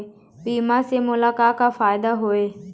बीमा से मोला का का फायदा हवए?